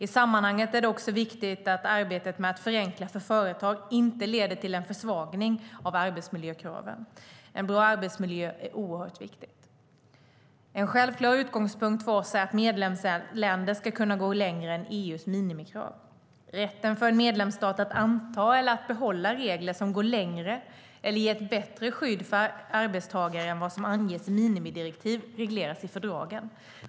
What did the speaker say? I sammanhanget är det också viktigt att arbetet med att förenkla för företag inte leder till en försvagning av arbetsmiljökraven. En bra arbetsmiljö är oerhört viktig. En självklar utgångspunkt för oss är att medlemsländer ska kunna gå längre än EU:s minimikrav. Rätten för en medlemsstat att anta eller behålla regler som går längre och ger ett bättre skydd för arbetstagare än vad som anges i minimidirektiv regleras i fördragen.